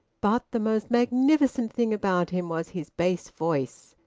but the most magnificent thing about him was his bass voice,